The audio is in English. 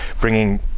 bringing